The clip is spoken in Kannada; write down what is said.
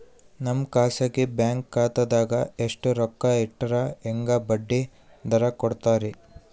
ನಮ್ಮ ಖಾಸಗಿ ಬ್ಯಾಂಕ್ ಖಾತಾದಾಗ ಎಷ್ಟ ರೊಕ್ಕ ಇಟ್ಟರ ಹೆಂಗ ಬಡ್ಡಿ ದರ ಕೂಡತಾರಿ?